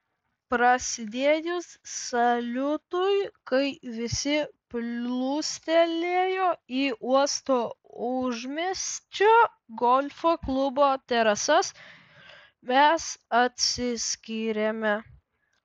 prasidėjus saliutui kai visi plūstelėjo į uosto užmiesčio golfo klubo terasas mes atsiskyrėme